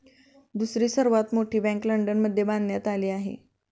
दुसरी सर्वात मोठी बँक लंडनमध्ये बांधण्यात आली आहे